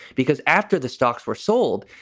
because after the stocks were sold,